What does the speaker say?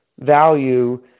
value